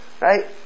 Right